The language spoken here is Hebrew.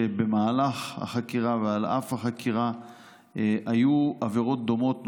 שבמהלך החקירה ועל אף החקירה היו עבירות דומות נוספות,